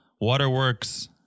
waterworks